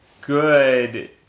good